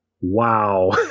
Wow